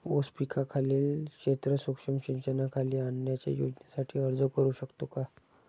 ऊस पिकाखालील क्षेत्र सूक्ष्म सिंचनाखाली आणण्याच्या योजनेसाठी अर्ज करू शकतो का?